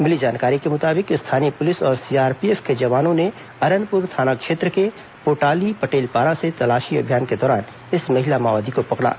मिली जानकारी के मुताबिक स्थानीय पुलिस और सीआरपीएफ के जवानों ने अरनपुर थाना क्षेत्र के पोटाली पटेलपारा से तलाशी अभियान के दौरान इस महिला माओवादी को पकड़ा